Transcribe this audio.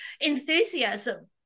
enthusiasm